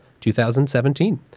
2017